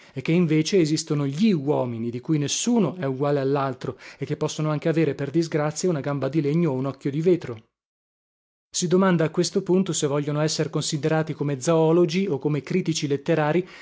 e che invece esistono gli uomini di cui nessuno è uguale allaltro e che possono anche avere per disgrazia una gamba di legno o un occhio di vetro si domanda a questo punto se vogliono esser considerati come zoologi o come critici letterarii